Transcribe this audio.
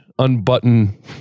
unbutton